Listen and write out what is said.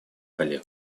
коллег